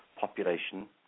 population